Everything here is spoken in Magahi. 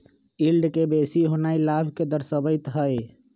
यील्ड के बेशी होनाइ लाभ के दरश्बइत हइ